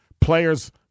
Players